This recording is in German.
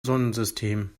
sonnensystem